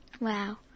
Wow